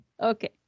Okay